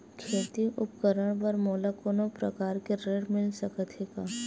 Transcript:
खेती उपकरण बर मोला कोनो प्रकार के ऋण मिल सकथे का?